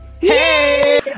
hey